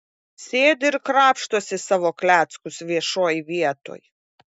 sėdi ir krapštosi savo kleckus viešoj vietoj